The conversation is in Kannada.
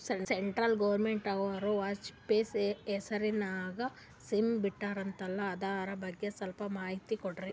ಸೆಂಟ್ರಲ್ ಗವರ್ನಮೆಂಟನವರು ವಾಜಪೇಯಿ ಹೇಸಿರಿನಾಗ್ಯಾ ಸ್ಕಿಮ್ ಬಿಟ್ಟಾರಂತಲ್ಲ ಅದರ ಬಗ್ಗೆ ಸ್ವಲ್ಪ ಮಾಹಿತಿ ಕೊಡ್ರಿ?